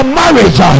marriage